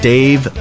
Dave